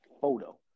photo